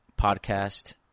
Podcast